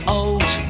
old